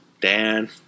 Dan